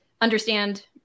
understand